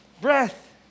breath